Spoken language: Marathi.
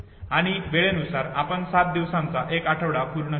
आणि वेळेनुसार आपण सात दिवसांचा एक आठवडा पूर्ण करतो